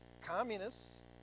Communists